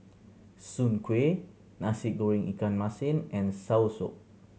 Soon Kueh Nasi Goreng ikan masin and soursop